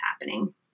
happening